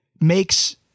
makes